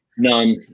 None